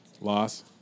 Loss